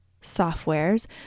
softwares